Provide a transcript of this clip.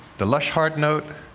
the lush heart note,